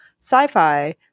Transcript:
sci-fi